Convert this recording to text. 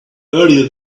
earlier